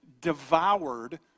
devoured